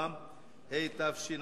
ולקריאה שלישית.